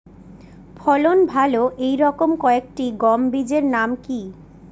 ফলন ভালো এই রকম কয়েকটি গম বীজের নাম কি?